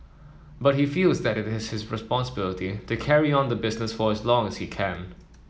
but he feels that it is his responsibility to carry on the business for as long as he can